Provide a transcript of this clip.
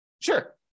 Sure